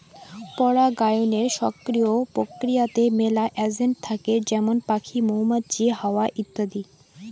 পরাগায়নের সক্রিয় প্রক্রিয়াতে মেলা এজেন্ট থাকে যেমন পাখি, মৌমাছি, হাওয়া ইত্যাদি